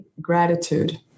gratitude